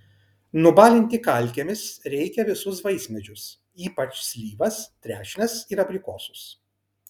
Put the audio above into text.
nubalinti kalkėmis reikia visus vaismedžius ypač slyvas trešnes ir abrikosus